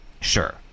Sure